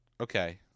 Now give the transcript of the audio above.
Okay